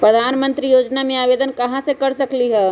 प्रधानमंत्री योजना में आवेदन कहा से कर सकेली?